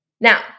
Now